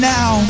Now